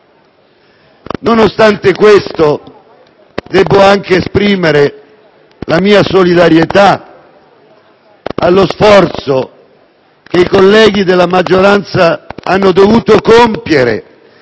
Nonostante questo, debbo anche esprimere la mia solidarietà allo sforzo che i colleghi della maggioranza hanno dovuto compiere,